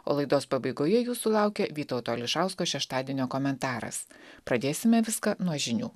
o laidos pabaigoje jūsų laukia vytauto ališausko šeštadienio komentaras pradėsime viską nuo žinių